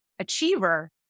Achiever